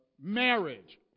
marriage